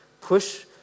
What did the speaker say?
push